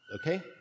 Okay